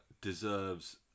Deserves